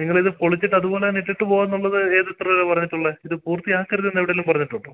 നിങ്ങളിത് പൊളിച്ചിട്ട് അത് പോലെ തന്നെ ഇട്ടിട്ട് പോകുക എന്നുള്ളത് ഏത് ഉത്തരവാണ് പറഞ്ഞിട്ടുള്ളത് ഇത് പൂർത്തിയാക്കരുത് എന്ന് എവിടേലും പറഞ്ഞിട്ടുണ്ടോ